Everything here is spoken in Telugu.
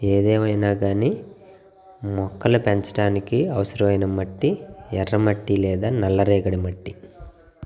ఏదేవైనా కానీ మొక్కలు పెంచడానికి అవసరమైన మట్టి ఎర్ర మట్టి లేదా నల్లరేగడి మట్టి